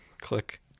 Click